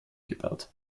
gebaut